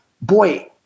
boy